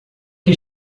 que